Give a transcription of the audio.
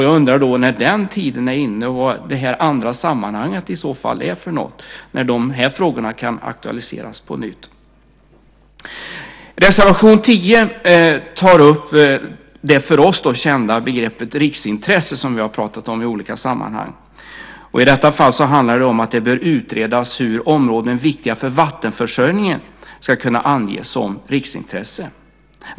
Jag undrar då när den tiden är inne och vad det andra sammanhanget i så fall är, när de här frågorna kan aktualiseras på nytt. Reservation 10 tar upp det för oss kända begreppet riksintresse som vi har pratat om i olika sammanhang. I detta fall handlar det om att det bör utredas hur områden viktiga för vattenförsörjningen ska kunna anges som riksintresse.